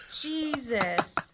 Jesus